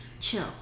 chill